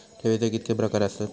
ठेवीचे कितके प्रकार आसत?